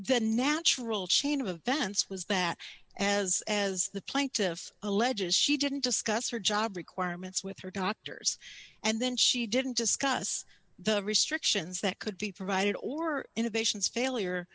the natural chain of events was that as as the plaintiff alleges she didn't discuss her job requirements with her doctors and then she didn't discuss the restrictions that could be provided or innovations failure